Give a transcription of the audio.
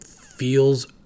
feels